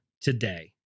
today